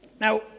Now